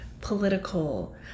political